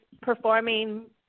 performing